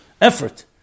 effort